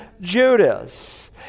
Judas